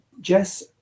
Jess